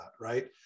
right